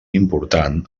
important